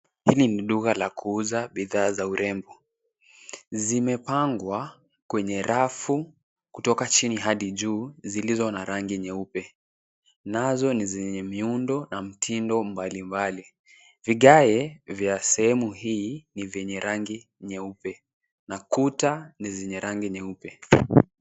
Hili ni duka la kuuza bidhaa za urembo. Zimepangwa, kwenye rafu, kutoka chini hadi juu, zilizo na rangi nyeupe. Nazo ni zenye miundo na mtindo mbalimbali. Vigae vya sehemu hii, ni vyenye rangi nyeupe. Na kuta, ni zenye rangi nyeupe.